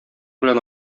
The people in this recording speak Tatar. белән